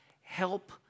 help